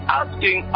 asking